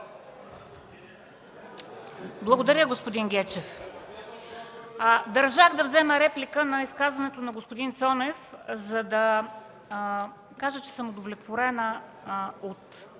Благодаря, господин Гечев. Държах да взема реплика на изказването на господин Цонев, за да кажа, че съм удовлетворена от